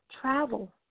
travel